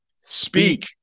Speak